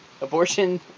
abortion